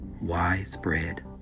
Widespread